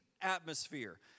atmosphere